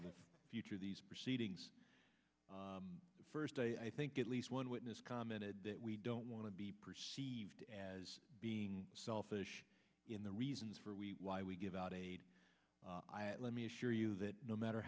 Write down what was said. the future of these proceedings the first day i think at least one witness commented that we don't want to be perceived as being selfish in the reasons for we why we give out aid let me assure you that no matter